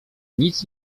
nic